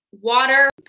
water